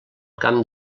camp